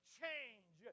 change